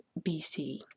BC